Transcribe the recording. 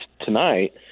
tonight